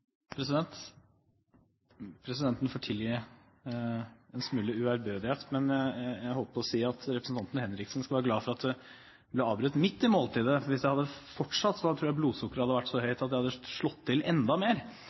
Henriksen skal være glad for at jeg ble avbrutt midt i måltidet, for hvis jeg hadde fortsatt, så tror jeg blodsukkeret ville vært så høyt at jeg hadde slått til enda mer!